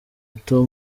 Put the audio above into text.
gato